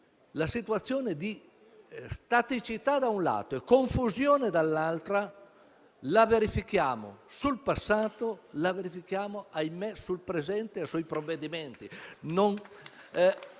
La situazione di staticità, da un lato, e confusione, dall'altro, la verifichiamo sul passato e - ahimè - sul presente e sui provvedimenti